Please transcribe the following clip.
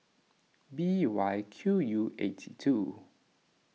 B Y Q U eighty two